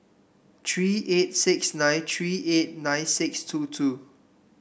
three eight six nine three eight nine six two two